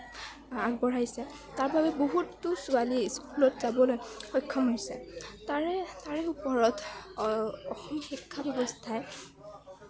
আগবঢ়াইছে তাৰবাবে বহুত ছোৱালীয়ে স্কুলত যাবলৈ সক্ষম হৈছে তাৰে তাৰে ওপৰত অসম শিক্ষা ব্যৱস্থাই